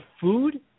food